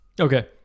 Okay